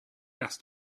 asked